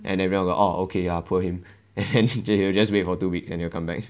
and then we are all like orh okay poor him and then they will just wait for two weeks and he'll come back